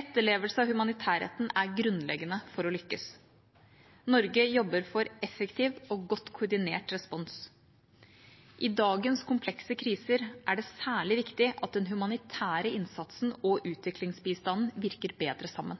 Etterlevelse av humanitærretten er grunnleggende for å lykkes. Norge jobber for effektiv og godt koordinert respons. I dagens komplekse kriser er det særlig viktig at den humanitære innsatsen og utviklingsbistanden virker bedre sammen.